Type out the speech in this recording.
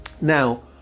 Now